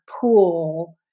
pool